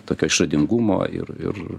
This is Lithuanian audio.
tokio išradingumo ir ir